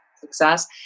success